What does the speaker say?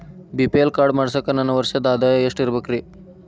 BPL card ಮಾಡ್ಸಾಕ ನನ್ನ ವರ್ಷದ್ ಆದಾಯ ಎಷ್ಟ ಇರಬೇಕ್ರಿ?